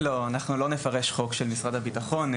לא אנחנו לא נפרש חוק של משרד הביטחון.